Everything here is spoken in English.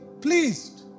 pleased